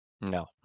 No